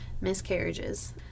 miscarriages